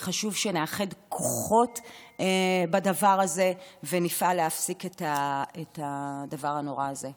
וחשוב שנאחד כוחות בדבר הזה ונפעל להפסיק את הדבר הנורא הזה.